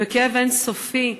בכאב אין-סופי,